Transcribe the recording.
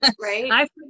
right